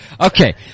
Okay